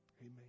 Amen